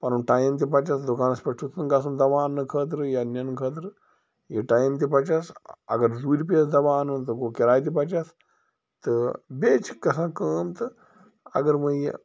پَنُن ٹایِم تہِ بَچَس دُکانَس پٮ۪ٹھ چھُس نہٕ گژھُن دوا انٛنہٕ خٲطرٕ یا نِنہٕ خٲطرٕ یہِ ٹایم تہِ بَچَس اگر دوٗرِ پییَس دَوا اَنُن تہٕ گوٚو کِراے تہِ بَچس تہٕ بیٚیہِ چھِ گژھان کٲم تہٕ اگر وۄنۍ یہِ